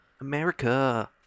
America